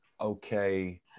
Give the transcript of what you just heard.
okay